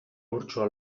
urtsua